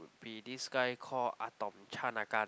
be this guy call Atom Chanakan